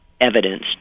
evidence